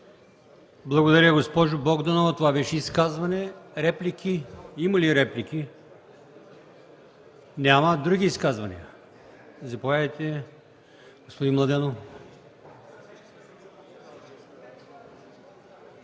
Благодаря, госпожо Богданова. Това беше изказване. Има ли реплики? Няма. Други изказвания – заповядайте, господин Младенов.